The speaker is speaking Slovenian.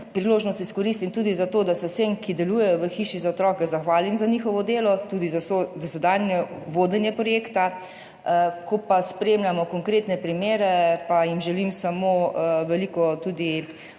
priložnost izkoristim tudi za to, da se vsem, ki delujejo v Hiši za otroke, zahvalim za njihovo delo, tudi za vso dosedanje vodenje projekta. Ko pa spremljamo konkretne primere, pa jim želim samo veliko